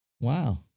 Wow